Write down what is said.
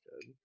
good